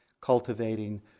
cultivating